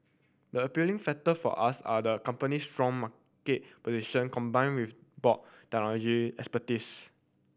the appealing factor for us are the company's strong market position combined with broad technological expertise